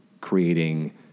creating